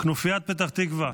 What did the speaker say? --- כנופיית פתח תקווה,